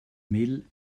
mel